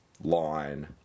line